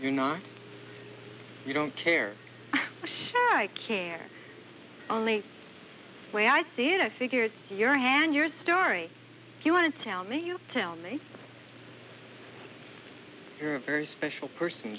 you know you don't care i care only way i see it i figured your hand your story you want to tell me you tell me you're a very special person